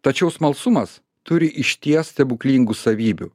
tačiau smalsumas turi išties stebuklingų savybių